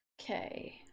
Okay